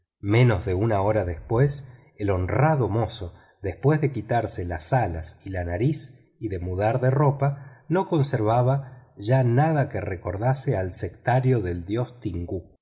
menos de una hora después el honrado mozo después de quitarse las alas y la nariz y de mudar de ropa no conservaba ya nada que recordase al sectario del dios tingú